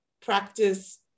practice